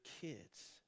kids